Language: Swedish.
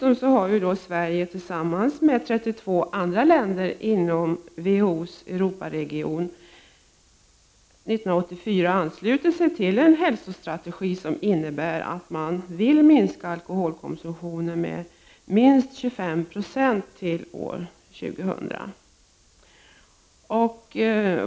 Sverige har dessutom, tillsammans med 32 andra länder inom WHO:s Europaregion, år 1984 anslutit sig till en hälsostrategi som innebär att man vill minska alkoholkonsumtionen med minst 25 9; till år 2000.